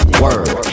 word